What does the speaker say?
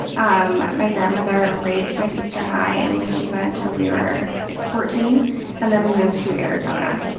um my grandmother raised my sister and i in lake geneva until we were fourteen and then we moved to arizona.